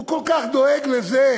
הוא כל כך דואג לזה.